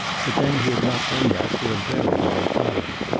but then he had not done that for a very long time.